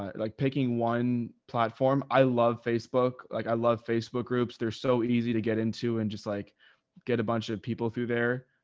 like picking one platform. i love facebook. like i love facebook groups. they're so easy to get into and just like get a bunch of people through there.